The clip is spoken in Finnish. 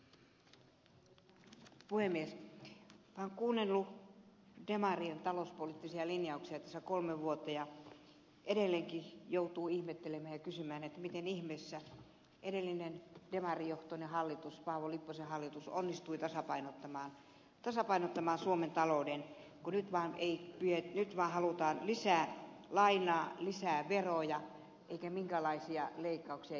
olen kuunnellut demarien talouspoliittisia linjauksia tässä kolme vuotta ja edelleenkin joutuu ihmettelemään ja kysymään miten ihmeessä edellinen demarijohtoinen hallitus paavo lipposen hallitus onnistui tasapainottamaan suomen talouden kun nyt vaan halutaan lisää lainaa lisää veroja eikä minkäänlaisia leikkauksia eikä säästöjä